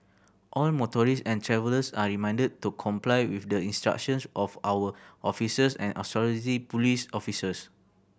all motorists and travellers are reminded to comply with the instructions of our officers and police officers